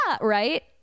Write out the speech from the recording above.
Right